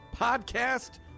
podcast